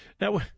Now